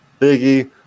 Biggie